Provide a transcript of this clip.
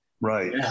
right